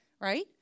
Right